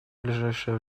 ближайшее